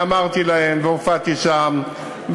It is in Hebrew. ואמרתי להם והופעתי שם,